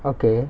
okay